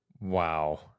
wow